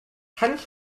hans